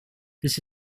that